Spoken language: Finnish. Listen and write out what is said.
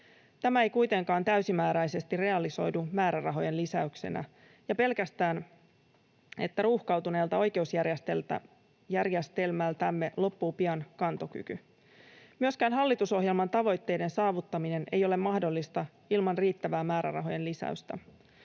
Tämä ei kuitenkaan täysimääräisesti realisoidu määrärahojen lisäyksenä, ja pelätään, että ruuhkautuneelta oikeusjärjestelmältämme loppuu pian kantokyky. Hallitusohjelman tavoitteiden saavuttaminen ei ole mahdollista ilman riittävää määrärahojen lisäystä.